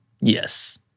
Yes